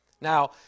Now